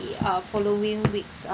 uh following week's